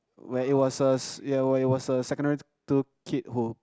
where it was a yeah where it was a secondary two kid who